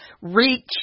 reach